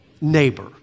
neighbor